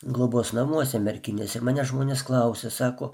globos namuose merkinės ir mane žmonės klausia sako